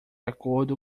acordo